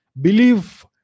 Believe